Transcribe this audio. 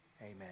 Amen